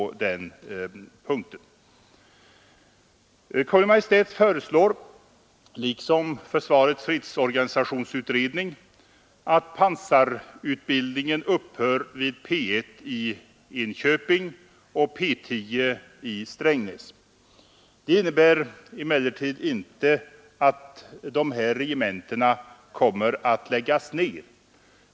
Kungl. Maj:t föreslår — liksom försvarets fredsorganisationsutredning — att pansarutbildningen upphör vid P 1 i Enköping och P 10 i Strängnäs. Detta innebär emellertid inte att dessa regementen kommer att läggas ner.